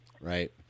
Right